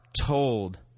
told